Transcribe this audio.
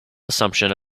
assumption